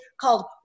called